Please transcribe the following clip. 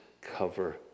cover